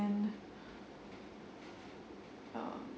um